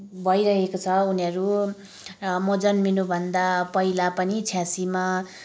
भइरहेको छ उनीहरू म जन्मिनुभन्दा पहिला पनि छयासीमा